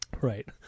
Right